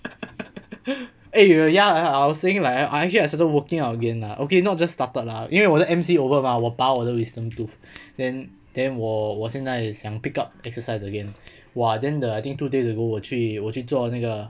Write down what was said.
eh ya I was saying like I I actually I started working out again lah okay not just started lah 因为我的 M_C over mah 我扒我的 wisdom tooth then then 我我现在想 pick up exercise again !wah! then the I think two days ago 我去我去做那个